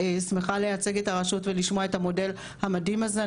שמחה לייצג את הרשות ולשמוע את המודל המדהים הזה.